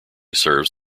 serves